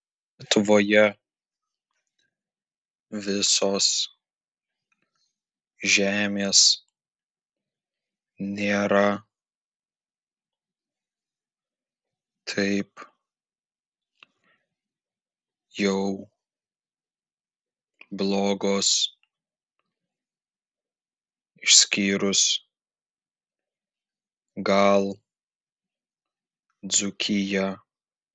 lietuvoje visos žemės nėra taip jau blogos išskyrus gal dzūkiją